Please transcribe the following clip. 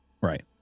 Right